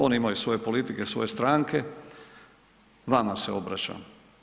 Oni imaju svoje politike svoje stranke, vama se obraćam.